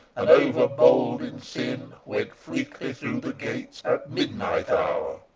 and overbold in sin, went fleetly thro' the gates, at midnight hour.